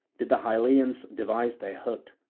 did the hylleans devise their hurt,